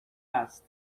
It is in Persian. است